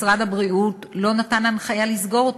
משרד הבריאות, לא נתנו הנחיה לסגור אותם.